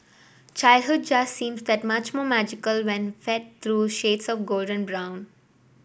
childhood just seems that much more magical when fed through shades of golden brown